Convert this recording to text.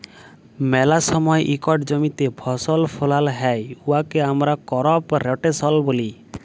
ম্যালা সময় ইকট জমিতে ফসল ফলাল হ্যয় উয়াকে আমরা করপ রটেশল ব্যলি